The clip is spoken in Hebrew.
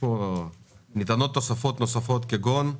ניתנות תוספות נוספות כגון: